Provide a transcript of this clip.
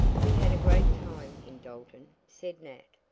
we had a great time in dalton, said nat,